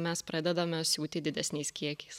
mes pradedame siūti didesniais kiekiais